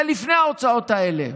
זה לפני ההוצאות האלה.